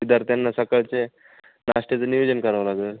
विद्यार्थ्यांना सकाळचे नाष्ट्याचं नियोजन करावं लागंल